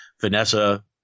Vanessa